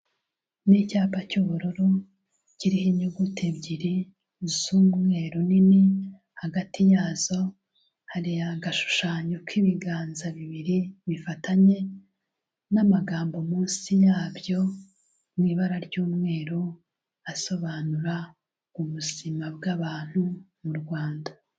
Ni icyapa cy'ubururu kiriho inyuguti ebyiri z'umweru nini, hagati yazo hari agashushanyo k'ibiganza bibiri bifatanye n'amagambo munsi yabyo mu ibara ry'umweru asobanura ubuzima bw'abantu mu Rwanda.